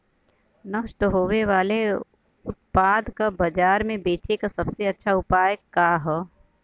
नष्ट होवे वाले उतपाद के बाजार में बेचे क सबसे अच्छा उपाय का हो?